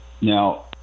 Now